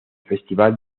festival